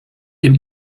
dem